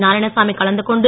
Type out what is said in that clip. நாராயணசாமி கலந்துகொண்டு